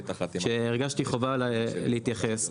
שהרגשתי חובה להתייחס.